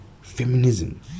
feminism